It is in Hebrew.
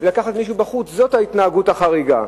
ולקחת מישהו מבחוץ, זאת ההתנהגות החריגה.